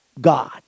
God